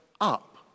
up